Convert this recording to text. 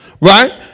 Right